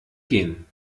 gehen